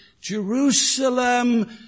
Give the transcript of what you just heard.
Jerusalem